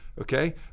Okay